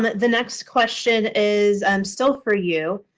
the next question is um still for you.